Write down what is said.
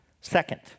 Second